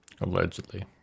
Allegedly